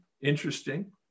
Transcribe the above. Interesting